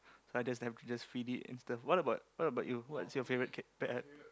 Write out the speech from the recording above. so I just can just feed it and stuff what about what about you what's your favorite cat pet